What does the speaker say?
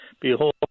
Behold